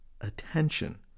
attention